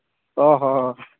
ᱚᱻ ᱦᱚᱻ